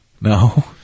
No